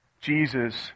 Jesus